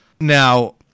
Now